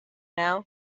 now